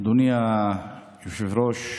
אדוני היושב-ראש,